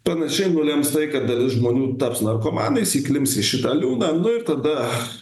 panaši nulems tai kad dalis žmonių taps narkomanais įklimps į šitą liūną nu ir tada